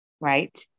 right